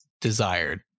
desired